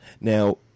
Now